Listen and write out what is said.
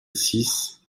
six